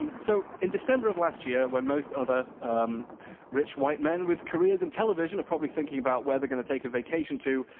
and so in december of last year, when most other rich white men with careers in television are probably thinking about where they're going to take a vacation too,